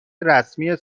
رسمی